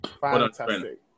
Fantastic